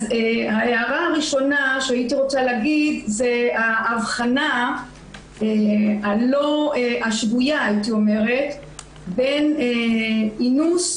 ההערה הראשונה שהייתי רוצה להגיד זה האבחנה השגויה בין אינוס,